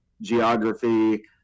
geography